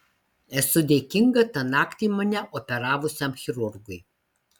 esu dėkinga tą naktį mane operavusiam chirurgui